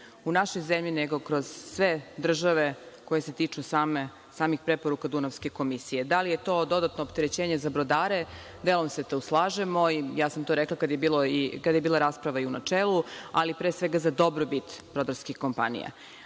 u našoj zemlji, nego kroz sve države koje se tiču samih preporuka Dunavske komisije. Da li je to dodatno opterećenje za brodare, delom se tu slažem. Rekla sam i kada je bila rasprava u načelu, ali pre svega je za dobrobit brodarskih kompanija. Niko